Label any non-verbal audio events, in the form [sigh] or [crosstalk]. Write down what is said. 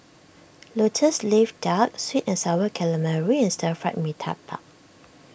[noise] Lotus Leaf Duck Sweet and Sour Calamari and Stir Fried Mee Tai park